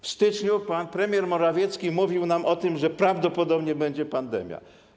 W styczniu pan premier Morawiecki mówił nam o tym, że prawdopodobnie będzie pandemia.